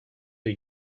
the